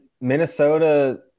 Minnesota